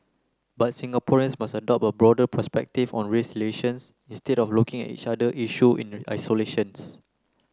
but Singaporeans must adopt a broader perspective on race relations instead of looking at each issue in isolations